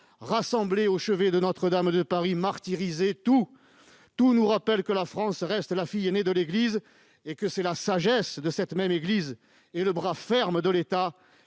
ou non, au chevet de Notre-Dame de Paris martyrisée, tout nous rappelle que la France reste la fille aînée de l'Église et que ce sont la sagesse de cette Église et le bras ferme de l'État